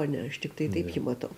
ane aš tiktai taip jį matau